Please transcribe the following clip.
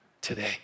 today